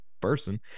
person